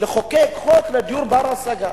לחוקק חוק לדיור בר-השגה.